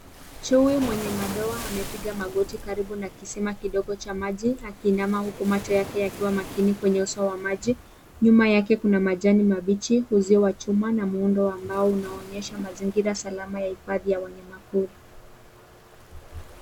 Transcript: Chui mwenye madoa amepiga magoti karibu na kisima kidogo cha maji akiinama huku macho yake yakiwa makini kwenye uso wa maji. Nyuma yake kuna majani mabichi, uzio wa chuma na muundo ambao unaonyesha mazingira salama ya kuhifadhi wanyamapori.